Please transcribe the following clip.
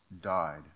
died